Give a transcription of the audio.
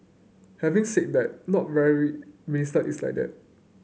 having said that not very minister is like that